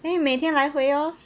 可以每天来回哦